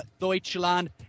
Deutschland